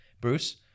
Bruce